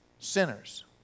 Sinners